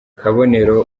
kabonero